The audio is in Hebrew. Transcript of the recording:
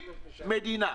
אם המדינה,